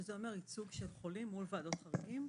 שזה אומר ייצוג של חולים מול ועדות חריגים.